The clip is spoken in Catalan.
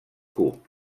cup